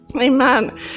Amen